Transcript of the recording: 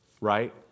right